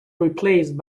replaced